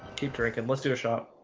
keep drinking. let's do a shot.